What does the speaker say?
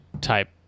type